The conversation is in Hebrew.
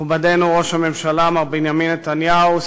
מכובדנו ראש הממשלה מר בנימין נתניהו,